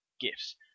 gifts